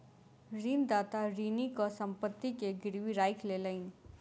ऋणदाता ऋणीक संपत्ति के गीरवी राखी लेलैन